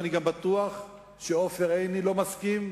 ואני בטוח שגם עופר עיני לא מסכים,